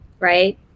right